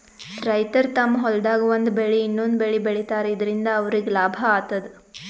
ರೈತರ್ ತಮ್ಮ್ ಹೊಲ್ದಾಗ್ ಒಂದ್ ಬೆಳಿ ಇನ್ನೊಂದ್ ಬೆಳಿ ಬೆಳಿತಾರ್ ಇದರಿಂದ ಅವ್ರಿಗ್ ಲಾಭ ಆತದ್